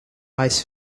ice